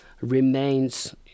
remains